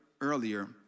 earlier